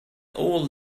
all